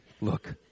look